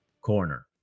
corner